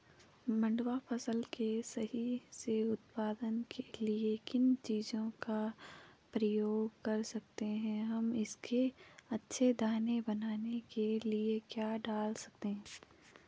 मंडुवा फसल के सही से उत्पादन के लिए किन चीज़ों का प्रयोग कर सकते हैं हम इसके अच्छे दाने बनाने के लिए क्या डाल सकते हैं?